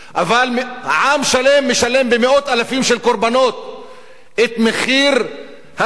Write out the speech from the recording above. אבל עם שלם משלם במאות אלפים של קורבנות את מחיר ההגמוניה